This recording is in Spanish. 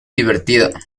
divertida